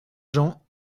jean